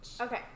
Okay